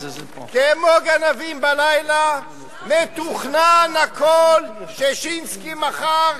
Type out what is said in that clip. כמו גנבים בלילה מתוכנן הכול: ששינסקי מחר,